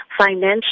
financial